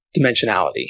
dimensionality